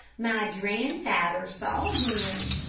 my dranfadder saw him,